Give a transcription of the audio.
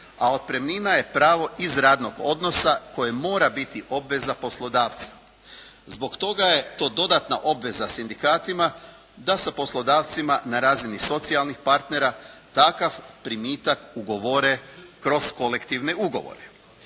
a otpremnina je pravo iz radnog odnosa koje mora biti obveza poslodavca. Zbog toga je to dodatna obveza sindikatima da sa poslodavcima na razini socijalnih partnera takav primitak ugovore kroz kolektivne ugovore.